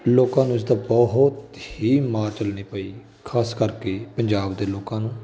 ਲੋਕਾਂ ਨੂੰ ਇਸ ਤਾਂ ਬਹੁਤ ਹੀ ਮਾਰ ਚੱਲਣੀ ਪਈ ਖਾਸ ਕਰਕੇ ਪੰਜਾਬ ਦੇ ਲੋਕਾਂ ਨੂੰ